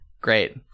Great